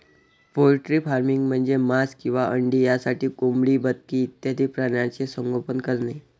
poultry farming म्हणजे मांस किंवा अंडी यासाठी कोंबडी, बदके इत्यादी प्राण्यांचे संगोपन करणे